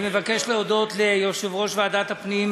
אני מבקש להודות ליושב-ראש ועדת הפנים